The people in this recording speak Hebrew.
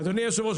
אדוני היושב-ראש,